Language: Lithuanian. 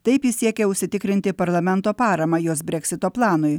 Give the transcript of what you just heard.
taip ji siekia užsitikrinti parlamento paramą jos breksito planui